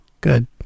Good